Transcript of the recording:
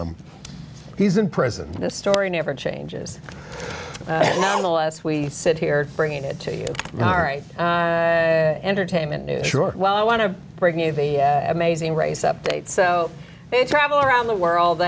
them he's in prison this story never changes unless we sit here bringing it to you all right entertainment news sure well i want to bring you the amazing race update so they travel around the world